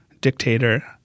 dictator